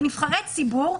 כנבחרי ציבור,